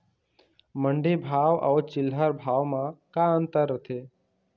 मंडी भाव अउ चिल्हर भाव म का अंतर रथे?